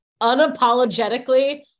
unapologetically